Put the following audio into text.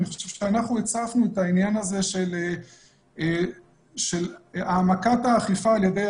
אני חושב שאנחנו הצפנו את העניין הזה של העמקת האכיפה על ידי